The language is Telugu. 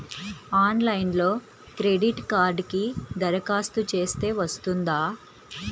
ఆన్లైన్లో క్రెడిట్ కార్డ్కి దరఖాస్తు చేస్తే వస్తుందా?